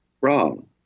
wrong